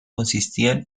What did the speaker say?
consistían